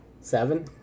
Seven